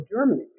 Germany